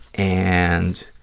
and